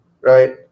right